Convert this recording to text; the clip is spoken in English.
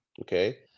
okay